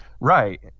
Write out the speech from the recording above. Right